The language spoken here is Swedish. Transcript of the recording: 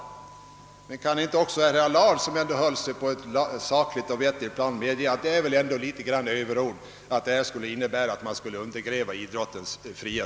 Vill inte herr Allard, som höll sig på ett sakligt plan, ändå medge att också detta är överord?